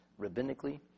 rabbinically